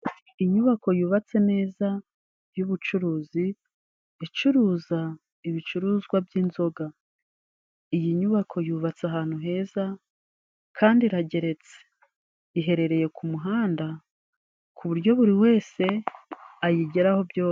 Inyubako yubatse neza y'ubucuruzi icuruza ibicuruzwa by'inzoga. Iyi nyubako yubatse ahantu heza kandi irageretse, iherereye ku muhanda ku buryo buri wese ayigeraho byoro...